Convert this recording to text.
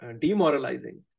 demoralizing